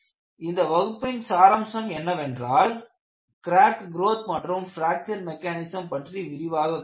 இந்த வகுப்பின் சாராம்சம் என்னவென்றால் கிராக் குரோத் மற்றும் பிராக்சர் மெக்கானிஸம் பற்றி விரிவாகக் கண்டோம்